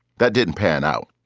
that didn't pan out,